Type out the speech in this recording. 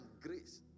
grace